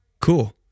cool